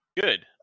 Good